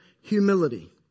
humility